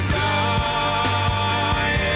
die